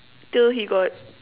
till he got